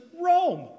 Rome